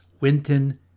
Winton